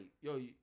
Yo